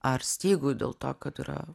ar stygų dėl to kad yra